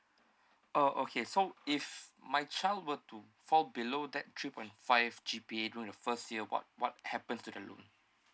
oh okay so if my child were to fall below that three point five G_P_A during the first year what what happens to the loan